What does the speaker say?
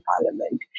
parliament